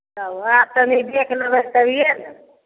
तब वएह तनी देख लेबै तभिये ने